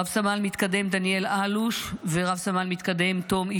רב-סמל מתקדם דניאל אלוש ורב-סמל מתקדם תום איש-שלום.